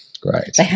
Great